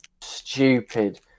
stupid